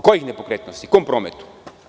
Kojih nepokretnosti, kom prometu?